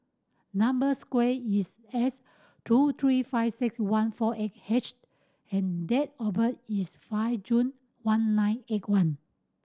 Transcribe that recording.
number square is S two three five six one four eight H and date of birth is five June one nine eight one